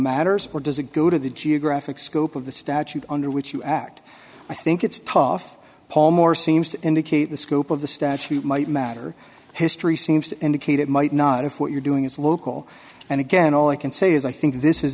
matters or does it go to the geographic scope of the statute under which you act i think it's tough paul more seems to indicate the scope of the statute might matter history seems to indicate it might not if what you're doing is local and again all i can say is i think this is